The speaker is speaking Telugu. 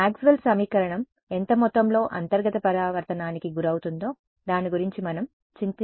మాక్స్వెల్ సమీకరణం ఎంత మొత్తంలో అంతర్గత పరావర్తనానికి గురవుతుందో దాని గురించి మనం చింతించాల్సిన అవసరం లేదు